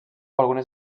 algunes